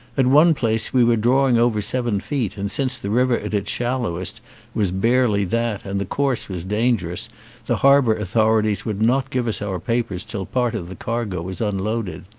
at one place we were drawing over seven feet and since the river at its shallowest was barely that and the course was dangerous the harbour authorities would not give us our papers till part of the cargo was unloaded.